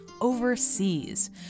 overseas